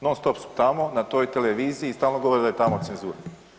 Non stop su tamo na toj televiziji i stalno govore da je tamo cenzura.